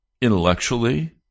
intellectually